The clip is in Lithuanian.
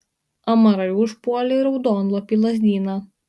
amarai užpuolė raudonlapį lazdyną